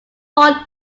horn